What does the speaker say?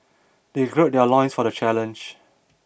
they gird their loins for the challenge